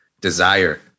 desire